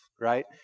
right